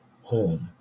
home